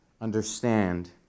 understand